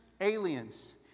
aliens